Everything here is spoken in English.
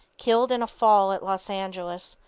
killed in a fall at los angeles,